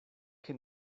que